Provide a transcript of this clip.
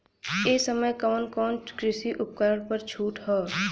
ए समय कवन कवन कृषि उपकरण पर छूट ह?